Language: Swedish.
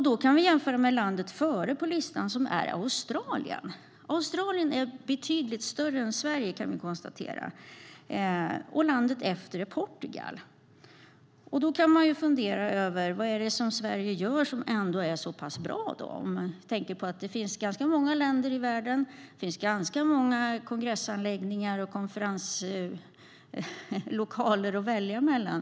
Vi kan jämföra med landet före på listan, som är Australien. Australien är betydligt större än Sverige, kan vi konstatera. Landet efter är Portugal. Vad är det då som Sverige gör som är så bra? Det finns ju ganska många länder i världen, och det finns många kongressanläggningar och konferenslokaler att välja mellan.